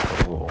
oh